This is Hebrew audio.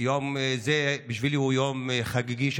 יום זה הוא יום חגיגי בשבילי,